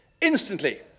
Instantly